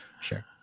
sure